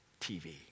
TV